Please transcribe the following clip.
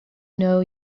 know